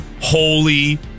Holy